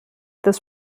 this